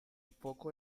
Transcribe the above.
foco